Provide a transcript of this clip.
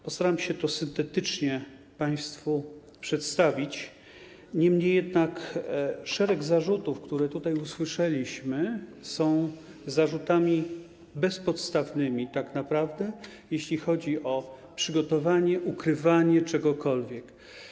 Postaram się to syntetycznie państwu przedstawić, niemniej jednak szereg zarzutów, które tutaj usłyszeliśmy, to zarzuty tak naprawdę bezpodstawne, jeśli chodzi o przygotowanie, ukrywanie czegokolwiek.